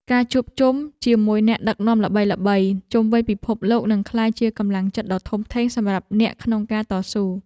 ការជួបជុំជាមួយអ្នកដឹកនាំល្បីៗជុំវិញពិភពលោកនឹងក្លាយជាកម្លាំងចិត្តដ៏ធំធេងសម្រាប់អ្នកក្នុងការតស៊ូ។